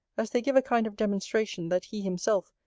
as they give a kind of demonstration, that he himself,